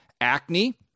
acne